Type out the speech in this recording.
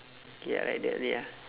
K ah like that only ah